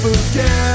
again